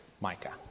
Micah